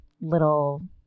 little